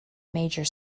major